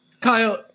kyle